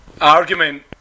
argument